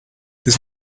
this